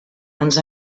ens